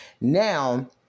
now